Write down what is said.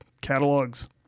catalogs